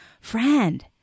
Friend